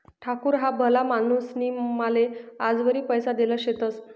ठाकूर ह्या भला माणूसनी माले याजवरी पैसा देल शेतंस